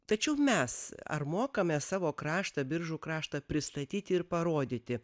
tačiau mes ar mokame savo kraštą biržų kraštą pristatyti ir parodyti